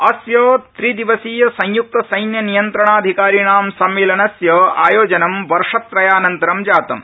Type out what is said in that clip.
अस्य त्रिदिवसीयस्य संयुक्त सैन्य नियन्त्रणाधिकारीणां सम्मेलनस्य आयोजनं वर्षत्रयानन्तरं जातम्